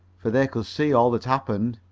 for they could see all that happened.